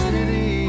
City